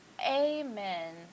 Amen